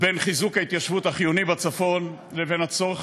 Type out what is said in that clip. בין חיזוק ההתיישבות החיוני בצפון לבין הצורך